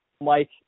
Mike